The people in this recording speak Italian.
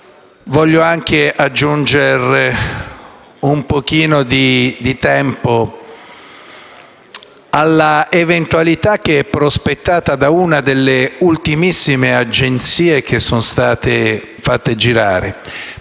voglio anche aggiungere una considerazione sull'eventualità che è prospettata da una delle ultimissime agenzie che sono state fatte girare